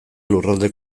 lurralde